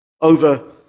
over